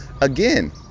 Again